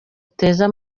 ateza